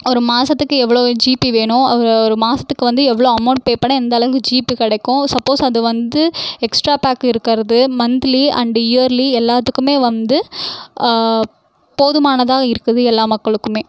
ஒரு மாதத்துக்கு எவ்வளோ ஜிபி வேணும் ஒரு மாதத்துக்கு வந்து எவ்வளோ அமௌன்ட் பே பண்ணிணா எந்த அளவுக்கு ஜிபி கிடைக்கும் சப்போஸ் அதுவந்து எக்ஸ்ட்டா பேக்கு இருக்கிறது மன்த்லி அண்ட் இயர்லி எல்லாத்துக்குமே வந்து போதுமானதாக இருக்குது எல்லா மக்களுக்குமே